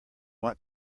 want